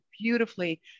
beautifully